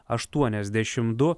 aštuoniasdešimt du